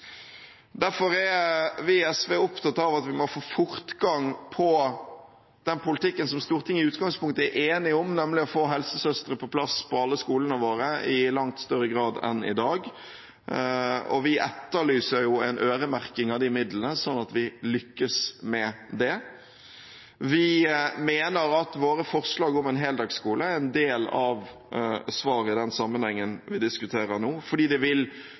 Derfor er vi i SV opptatt av at vi må få fortgang i den politikken som det i Stortinget i utgangspunktet er enighet om, nemlig å få helsesøstre på plass på alle skolene våre i langt større grad enn i dag. Vi etterlyser en øremerking av de midlene, slik at vi lykkes med det. Vi mener at våre forslag om en heldagsskole er en del av svaret i sammenheng med det vi diskuterer nå, fordi det vil